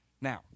Now